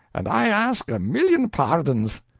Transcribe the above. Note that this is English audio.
and i ask a million pardons.